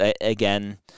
again